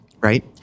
right